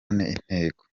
intego